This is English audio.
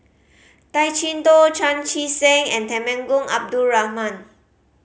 Tay Chee Toh Chan Chee Seng and Temenggong Abdul Rahman